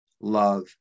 love